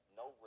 no